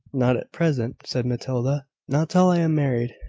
not at present, said matilda not till i am married.